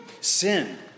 Sin